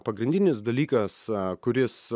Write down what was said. pagrindinis dalykas kuris